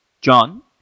John